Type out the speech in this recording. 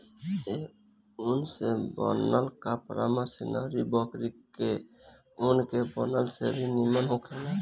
ए ऊन से बनल कपड़ा कश्मीरी बकरी के ऊन के बनल से भी निमन होखेला